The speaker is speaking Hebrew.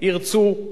אדוני היושב-ראש,